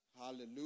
Hallelujah